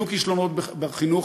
יהיו כישלונות בחינוך,